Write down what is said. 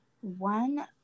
one